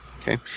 Okay